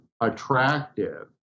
attractive